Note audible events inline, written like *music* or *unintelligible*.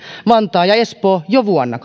vantaa ja espoo jo vuonna *unintelligible*